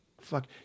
fuck